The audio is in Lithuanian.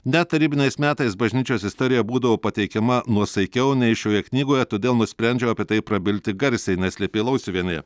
net tarybiniais metais bažnyčios istorija būdavo pateikiama nuosaikiau nei šioje knygoje todėl nusprendžiau apie tai prabilti garsiai neslėpė lauciuvienė